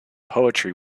poetry